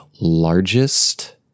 largest